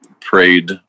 prayed